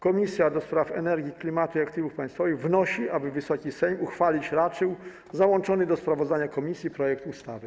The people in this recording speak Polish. Komisja do Spraw Energii, Klimatu i Aktywów Państwowych wnosi, aby Wysoki Sejm uchwalić raczył załączony do sprawozdania komisji projekt ustawy.